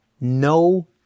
No